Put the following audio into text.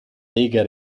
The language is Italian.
lega